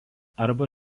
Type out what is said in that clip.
arba